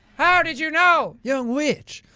how did you know? young witch,